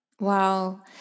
Wow